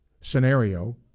scenario